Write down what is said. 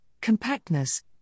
compactness